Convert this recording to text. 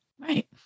Right